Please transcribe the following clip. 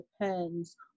depends